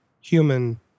human